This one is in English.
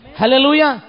Hallelujah